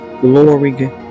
glory